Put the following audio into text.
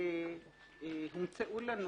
שהומצאו לנו